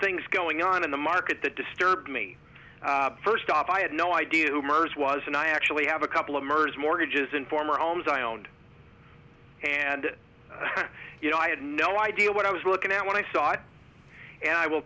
things going on in the market that disturbed me first off i had no idea who mers was and i actually have a couple of murders mortgages in former owners i owned and you know i had no idea what i was looking at when i saw it and i will